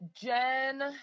Jen